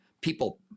People